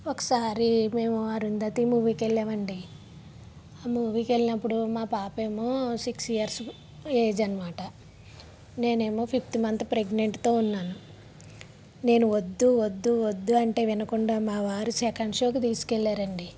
ఒకసారి మేము అరుంధతి మూవీకెళ్ళామండి మూవీకెళ్ళినప్పుడు మా పాపేమో సిక్స్ ఇయర్స్ ఏజ్ అనమాట నేనేమో ఫిఫ్త్ మంత్ ప్రెగ్నెంట్తో ఉన్నాను నేను వద్దు వద్దు వద్దు అంటే వినకుండా మా వారు సెకండ్ షోకి తీసుకెళ్ళారండి